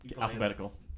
Alphabetical